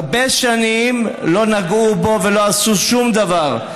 הרבה שנים, לא נגעו בו ולא עשו שום דבר.